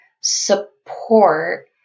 support